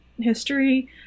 history